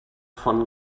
von